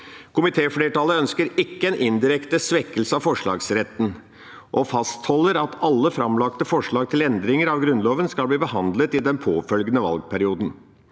Komitéflertallet ønsker ikke en indirekte svekkelse av forslagsretten og fastholder at alle framlagte forslag til endringer av Grunnloven skal bli behandlet i den påfølgende valgperioden.